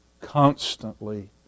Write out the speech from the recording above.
constantly